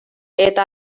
eta